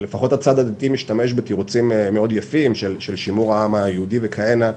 לפחות הצד הדתי משתמש בתירוצים מאוד יפים של שימור העם היהודי וכהנה.